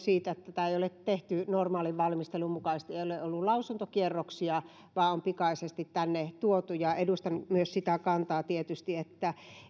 siitä että tätä ei ole tehty normaalin valmistelun mukaisesti ei ole ollut lausuntokierroksia vaan tämä on pikaisesti tänne tuotu ja edustan myös sitä kantaa tietysti että se